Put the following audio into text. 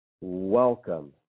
Welcome